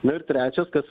nu ir trečias kas